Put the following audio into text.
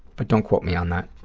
but don't quote me on that.